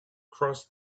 cross